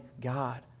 God